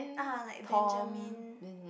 (uh huh) like Benjamin